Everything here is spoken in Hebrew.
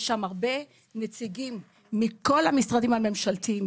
יש שם הרבה נציגים מכל המשרדים הממשלתיים,